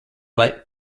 let